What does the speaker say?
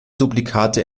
duplikate